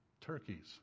turkeys